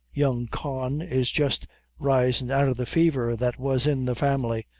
young con is jist risin' out of the faver that was in the family,